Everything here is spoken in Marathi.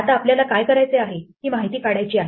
आता आपल्याला काय करायचे आहे ही माहिती काढायची आहे